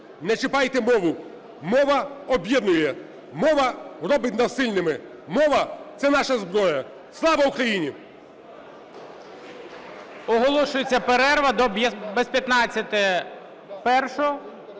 Не чіпайте мову! Мова об'єднує! Мова робить нас сильними! Мова – це наша зброя! Слава Україні!